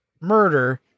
murder